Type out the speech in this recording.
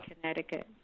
Connecticut